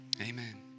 amen